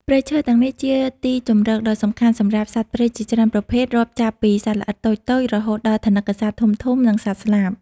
ព្រៃឈើទាំងនេះជាទីជម្រកដ៏សំខាន់សម្រាប់សត្វព្រៃជាច្រើនប្រភេទ រាប់ចាប់ពីសត្វល្អិតតូចៗ រហូតដល់ថនិកសត្វធំៗ និងសត្វស្លាប។